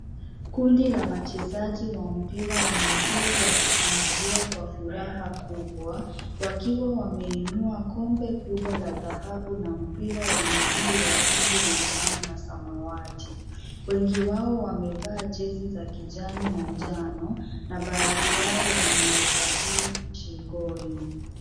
Kundi la wachezaji wa mpira wa miguu wakishangilia kwa furaha kubwa wakiwa wameinua kombe kubwa la dhahabu na mpira wa miguu wa rangi ya njano na samawati. Wengi wao wamevaa jezi za kijani na njano na baadhi yao wana medali shingoni.